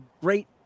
great